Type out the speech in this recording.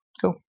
Cool